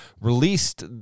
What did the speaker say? released